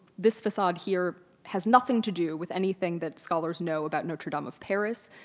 this facade here has nothing to do with anything that scholars know about notre-dame of paris.